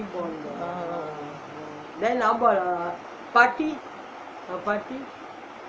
ah